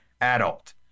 adult